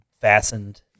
fastened